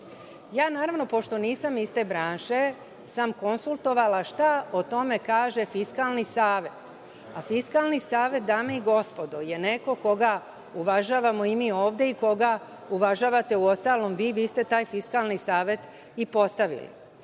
Srbije“.Pošto nisam iz te branše, konsultovala sam šta o tome kaže Fiskalni savet, a Fiskalni savet, dame i gospodo, je neko koga uvažavamo i mi ovde i koga uvažavate, uostalom vi, vi ste taj Fiskalni savet i postavili.